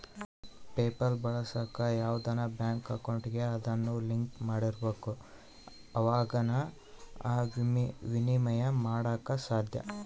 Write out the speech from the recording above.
PayPal ಬಳಸಾಕ ಯಾವ್ದನ bank ಅಕೌಂಟಿಗೆ ಅದುನ್ನ ಲಿಂಕ್ ಮಾಡಿರ್ಬಕು ಅವಾಗೆ ಃನ ವಿನಿಮಯ ಮಾಡಾಕ ಸಾದ್ಯ